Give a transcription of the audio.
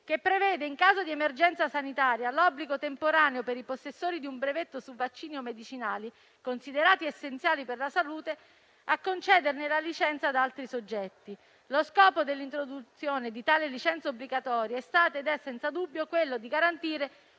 che prevede, in caso di emergenza sanitaria, l'obbligo temporaneo per i possessori di un brevetto su vaccini o medicinali considerati essenziali per la salute a concedere la licenza ad altri soggetti. Lo scopo dell'introduzione di tale licenza obbligatoria è stato ed è senza dubbio garantire